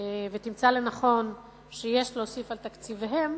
ותמצא לנכון שיש להוסיף על תקציביהם,